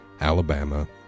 Alabama